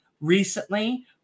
recently